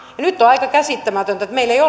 ja nyt on aika käsittämätöntä että meillä ei